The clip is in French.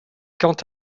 quant